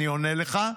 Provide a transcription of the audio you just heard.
אני עונה לך,